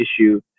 issue